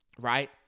right